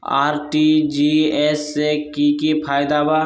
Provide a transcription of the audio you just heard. RTGS से की की फायदा बा?